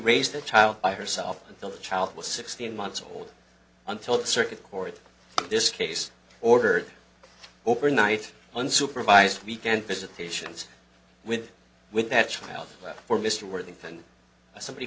raised the child by herself until the child was sixteen months old until the circuit court of this case ordered overnight unsupervised weekend visitations with with that child or mr worthington somebody